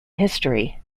history